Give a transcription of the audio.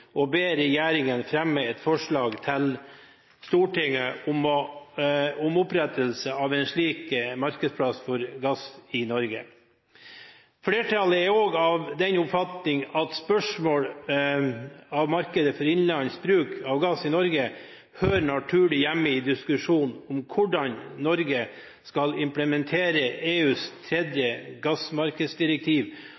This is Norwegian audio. å be regjeringen fremme et forslag til Stortinget om opprettelse av en slik markedsplass for gass i Norge. Flertallet er også av den oppfatning at spørsmål om markedet for innenlands bruk av gass i Norge hører naturlig hjemme i diskusjonen om hvordan Norge skal implementere EUs tredje